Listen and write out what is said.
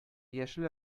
яшел